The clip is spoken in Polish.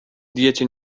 diecie